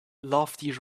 lofty